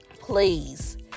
please